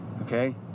Okay